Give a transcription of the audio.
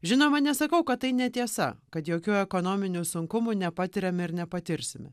žinoma nesakau kad tai netiesa kad jokių ekonominių sunkumų nepatiriame ir nepatirsime